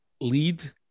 lead